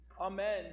Amen